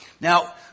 Now